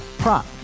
prop